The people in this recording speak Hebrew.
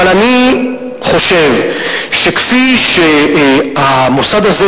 אבל אני חושב שכפי שהמוסד הזה,